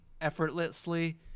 effortlessly